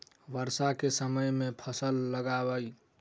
वर्षा केँ समय मे केँ फसल लगाबी?